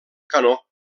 canó